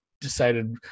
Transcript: decided –